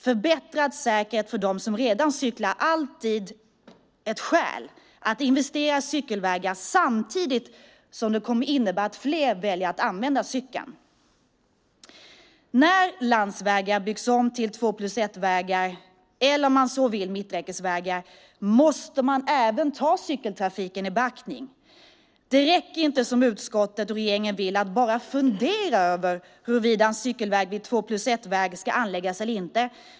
Förbättrad säkerhet för dem som redan cyklar är alltid ett skäl att investera i cykelvägar samtidigt som det kommer att innebära att fler väljer att cykla. När landsvägar byggs om till två-plus-ett-vägar, eller om man så vill mitträckesvägar, måste man även ta cykeltrafiken i beaktning. Det räcker inte, som utskottet och regeringen vill, att bara fundera över huruvida en cykelväg vid två-plus-ett-väg ska anläggas eller inte.